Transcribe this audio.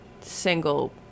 single